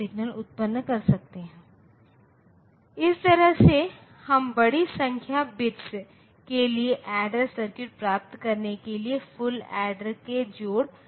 तो अगर यह सच होना है तो अगर हम सिर्फ अपना नंबर सिस्टम ज्ञान लागू करते हैं तो